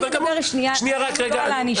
אולי נדבר רגע על הענישה.